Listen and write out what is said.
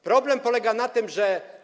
Problem polega na tym, że.